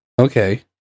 Okay